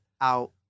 out